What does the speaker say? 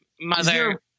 Mother-